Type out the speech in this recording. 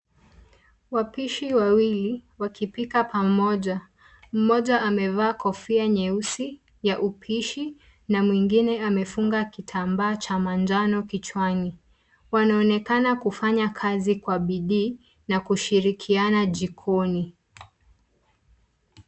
Wapishi wawili wakipika pamoja. Mmoja amevaa kofia nyeusi ya upishi na mwingine amefunga kitambaa cha manjano kichwani wanaonekana kufanya kazi kwa bidii na kushirikiana jikoni.